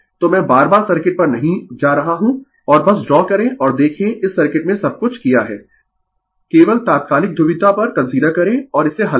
तो मैं बार बार सर्किट पर नहीं जा रहा हूं और बस ड्रा करें और देखें इस सर्किट में सब कुछ किया है केवल तात्कालिक ध्रुवीयता पर कंसीडर करें और इसे हल करें